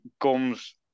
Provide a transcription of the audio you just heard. Gums